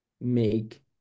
make